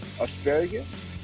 asparagus